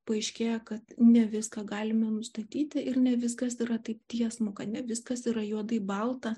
paaiškėja kad ne viską galime nustatyti ir ne viskas yra taip tiesmuka ne viskas yra juodai balta